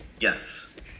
Yes